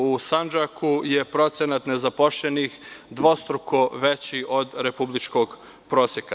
U Sandžaku je procenat nezaposlenih dvostruko veći od republičkog proseka.